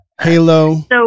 Halo